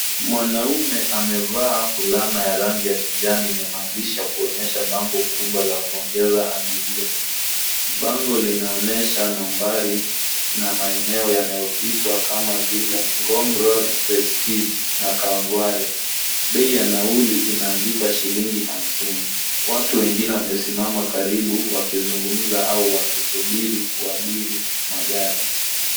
Mwanaume amevaa fulana ya rangi ya kijani yenye maandishi ya kuonyesha bango kubwa la kuongeza abiria. Bango linaonyesha nambari na maeneo yanayopitwa kama vile Ngong Road, Prestige na Kawangware. Bei ya nauli imeandikwa shilingi hamsini. Watu wengine wamesimama karibu wakizungumza au wakisubiri kuabiri magari.